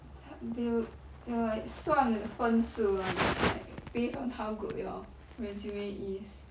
ta~ they would they will like 算你的分数 [one] eh like based on how good your resume is